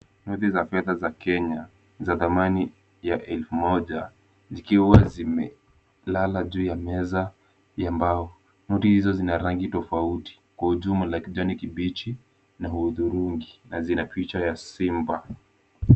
Noti za fedha za Kenya za thamani ya elfu moja zikiwa zimelala juu ya meza ya mbao. Noti hizo zina rangi tofauti kwa ujumla kijani kibichi na hudhurungi na zina picha ya simba.